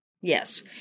Yes